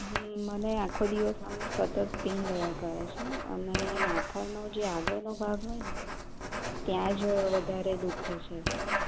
હમ મને આંખો દિવસ આમ સતત પેન રયા કરે છે અને માથાનો જે આગળનો ભાગ હોય ને ત્યાં જ વધારે દુખે છે